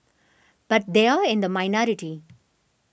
but they are in the minority